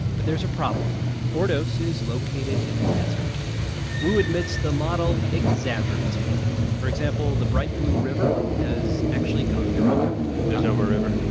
but there's a problem ordos is located in a desert wu admits the model exaggerates a little. for example, the bright blue river has actually gone dry there's no more river?